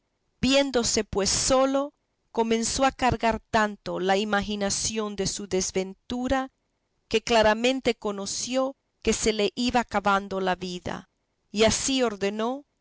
viéndose pues solo comenzó a cargar tanto la imaginación de su desventura que claramente conoció que se le iba acabando la vida y así ordenó